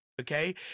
Okay